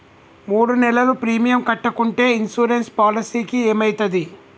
మూడు నెలలు ప్రీమియం కట్టకుంటే ఇన్సూరెన్స్ పాలసీకి ఏమైతది?